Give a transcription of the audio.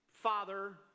father